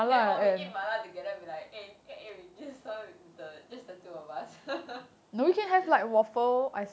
then what we eat mala together we like eh eh just the two of us